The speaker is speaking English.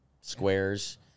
squares